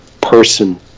person